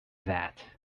that